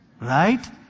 Right